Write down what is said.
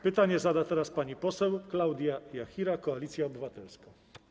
Pytanie zada teraz pani poseł Klaudia Jachira, Koalicja Obywatelska.